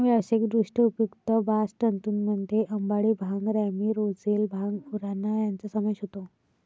व्यावसायिकदृष्ट्या उपयुक्त बास्ट तंतूंमध्ये अंबाडी, भांग, रॅमी, रोझेल, भांग, उराणा यांचा समावेश होतो